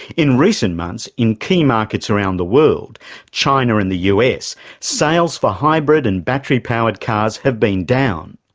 in recent months, in key markets around the world china and the us sales for hybrid and battery-powered cars have been down.